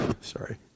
Sorry